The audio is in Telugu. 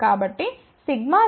కాబట్టి సిగ్మా 0 అవుతుంది